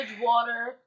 water